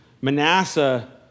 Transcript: Manasseh